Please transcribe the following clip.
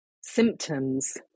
symptoms